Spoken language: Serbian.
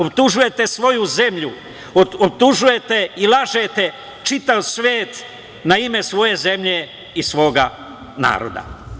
Optužujete svoju zemlju, optužujete i lažete čitav svet na ime svoje zemlje i svoga naroda.